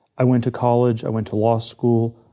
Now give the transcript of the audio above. i went to college. i went to law school.